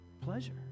Pleasure